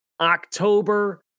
October